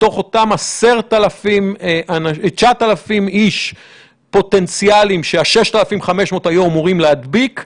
מתוך אותם 9,000 איש פוטנציאלים שה-6,500 היו אמורים להדביק,